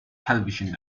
television